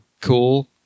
cool